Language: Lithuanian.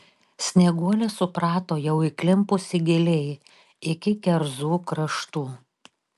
snieguolė suprato jau įklimpusi giliai iki kerzų kraštų